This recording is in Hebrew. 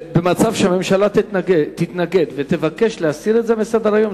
אם הממשלה תתנגד ותבקש להסיר את הנושא מסדר-היום,